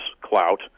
clout